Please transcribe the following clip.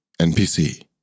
NPC